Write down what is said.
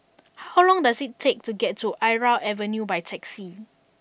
how long does it take to get to Irau Avenue by taxi